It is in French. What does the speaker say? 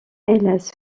hélas